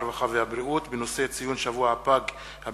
הרווחה והבריאות בעקבות דיון מהיר בנושא: ציון שבוע הפג הבין-לאומי,